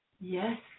Yes